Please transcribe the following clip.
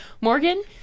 Morgan